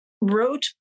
wrote